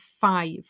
five